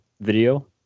video